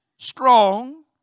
strong